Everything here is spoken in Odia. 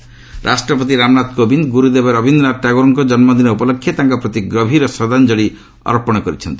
ଟାଗୋର ରାଷ୍ଟ୍ରପତି ରାମନାଥ କୋବିନ୍ଦ ଗୁରୁଦେବ ରବୀନ୍ଦ୍ର ଟାଗୋରଙ୍କର ଜଦ୍ରୁଦିନ ଉପଲକ୍ଷେ ତାଙ୍କ ପ୍ରତି ଗଭୀର ଶ୍ରଦ୍ଧାଞ୍ଜଳି ଅର୍ପଣ କରିଛନ୍ତି